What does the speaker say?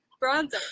bronzer